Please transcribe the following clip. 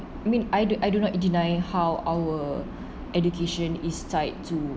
I mean I do I do not deny how our education is tied to